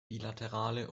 bilaterale